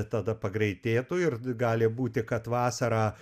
tada pagreitėtų ir d gali būti kad vasarą